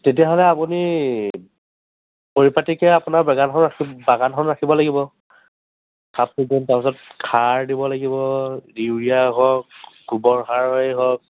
তেতিয়াহ'লে আপুনি পৰিপাতিকৈ আপোনাৰ বাগানখন ৰাখিব বাগানখন ৰাখিব লাগিব চাফ চিকুণ তাৰপিছত সাৰ দিব লাগিব ইউৰিয়া হওক গোবৰ সাৰেই হওক